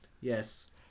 Yes